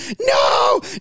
no